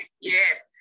Yes